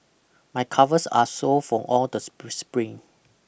my calves are sore from all the spring